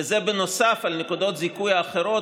וזה בנוסף על נקודות הזיכוי האחרות